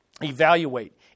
Evaluate